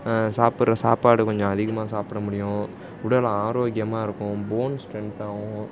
சாப்பிட்ற சாப்பாடு கொஞ்சம் அதிகமாக சாப்பிட முடியும் உடல் ஆரோக்கியமாக இருக்கும் போன் ஸ்ட்ரென்த்தாகும்